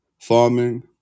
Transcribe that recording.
farming